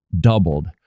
doubled